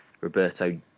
Roberto